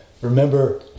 remember